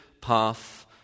path